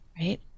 right